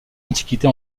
antiquité